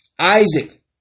Isaac